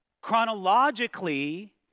chronologically